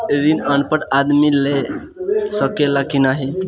ऋण अनपढ़ आदमी ले सके ला की नाहीं?